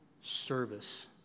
service